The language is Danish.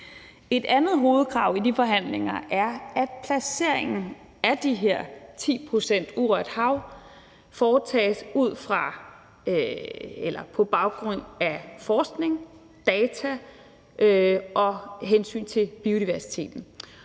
Et andet hovedkrav i de forhandlinger er, at placeringen af de her 10 pct. urørt hav foretages ud fra eller på baggrund af forskning, data og hensyn til biodiversiteten.